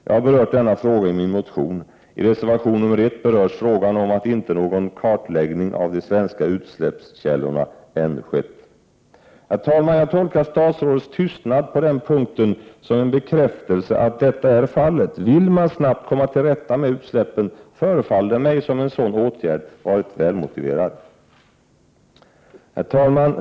Jag har berört denna fråga i min motion. I reservation 1 berörs frågan om att någon kartläggning av de svenska utsläppskällorna ännu inte har skett. Herr talman! Jag tolkar statsrådets tystnad på den punkten som en bekräftelse på att detta är fallet. Vill man snabbt komma till rätta med utsläppen förefaller det mig som om en sådan åtgärd skulle vara väl motiverad. Herr talman!